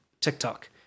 TikTok